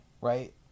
right